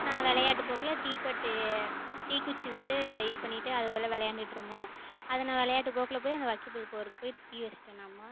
நான் விளையாட்டு போக்கில் தீப்பெட்டி தீக்குச்சி வந்து இதுபண்ணிவிட்டு அதுபோல விளையாண்டுட்டு இருந்தேன் அதை நான் விளையாட்டு போக்கில் போய் அந்த வைக்கல்புல் போருக்கு போய் தீ வச்சிட்டேனாம்